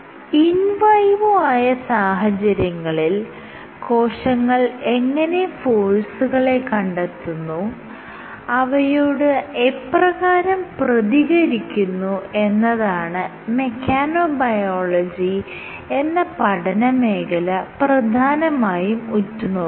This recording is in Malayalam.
ഇൻ വൈവോ സാഹചര്യങ്ങളിൽ കോശങ്ങൾ എങ്ങനെ ഫോഴ്സുകളെ കണ്ടെത്തുന്നു അവയോട് എപ്രകാരം പ്രതികരിക്കുന്നു എന്നതാണ് മെക്കനോബയോളജി എന്ന പഠന മേഖല പ്രധാനമായും ഉറ്റുനോക്കുന്നത്